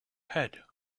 head